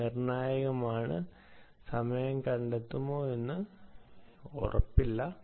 ഇത് നിർണായകമാണ് സമയം കണ്ടെത്തുമോ എന്ന് എനിക്ക് ഉറപ്പില്ല